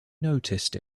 noticed